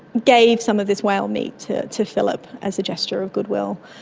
gave some of this whalemeat to to phillip as a gesture of goodwill.